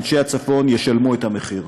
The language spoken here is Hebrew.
אנשי הצפון ישלמו את המחיר,